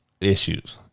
issues